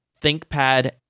thinkpad